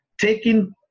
taking